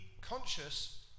conscious